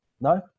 No